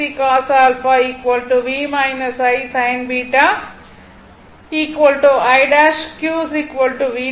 Q V ' i VI '